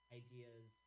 ideas